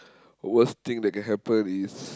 worst thing that can happen is